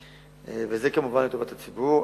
וזה כמובן לטובת הציבור.